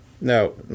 No